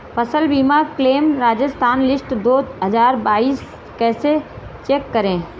फसल बीमा claim Rajasthan list दो हज़ार बाईस कैसे चेक करें?